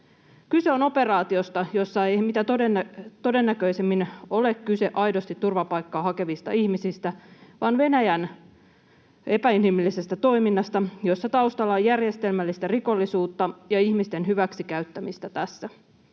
Kyse on operaatiosta, jossa ei mitä todennäköisimmin ole kyse aidosti turvapaikkaa hakevista ihmisistä, vaan Venäjän epäinhimillisestä toiminnasta, jossa taustalla on järjestelmällistä rikollisuutta ja ihmisten hyväksikäyttämistä tässä.